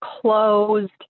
closed